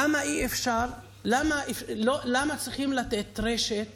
למה צריכים לתת רשת